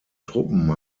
truppen